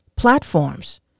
platforms